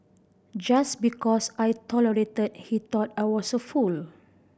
just because I tolerated he thought I was a fool